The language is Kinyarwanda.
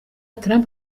trump